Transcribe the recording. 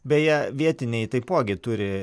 beje vietiniai taipogi turi